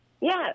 Yes